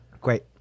Great